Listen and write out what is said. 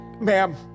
Ma'am